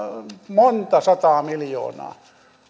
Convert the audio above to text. monta sataa miljoonaa